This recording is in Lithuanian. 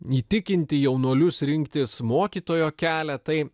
įtikinti jaunuolius rinktis mokytojo kelią tai